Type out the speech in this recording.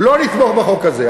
לא נתמוך בחוק הזה,